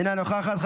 אינה נוכחת,